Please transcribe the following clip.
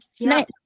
nice